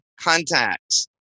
contacts